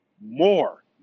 more